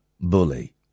bully